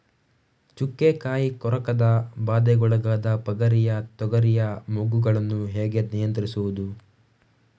ಚುಕ್ಕೆ ಕಾಯಿ ಕೊರಕದ ಬಾಧೆಗೊಳಗಾದ ಪಗರಿಯ ತೊಗರಿಯ ಮೊಗ್ಗುಗಳನ್ನು ಹೇಗೆ ನಿಯಂತ್ರಿಸುವುದು?